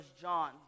John